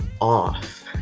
off